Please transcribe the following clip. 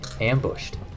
ambushed